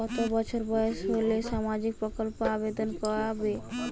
কত বছর বয়স হলে সামাজিক প্রকল্পর আবেদন করযাবে?